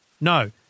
no